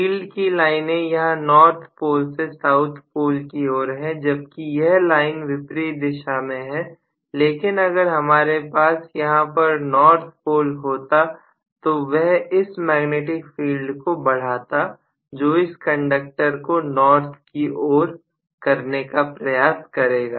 field की लाइनें यहां नॉर्थ पोल से साउथ पोल की ओर है जबकि यह लाइन विपरीत दिशा में है लेकिन अगर हमारे पास यहां पर नॉर्थ पोल होता तो वह इस मैग्नेटिक फील्ड को बढ़ाता जो इस कंडक्टर को नार्थ की ओर करने का प्रयास करेगा